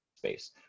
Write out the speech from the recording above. space